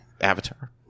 Avatar